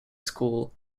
school